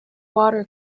water